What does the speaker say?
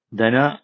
dana